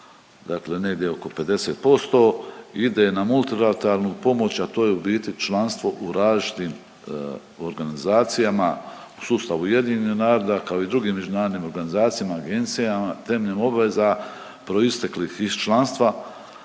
dakle negdje oko 50% ide na multilateralnu pomoć, a to je u biti članstvo u različitim organizacijama u sustavu UN-a kao i u drugim međunarodnim organizacijama, agencijama temeljem obveza proisteklih iz članstva